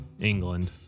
England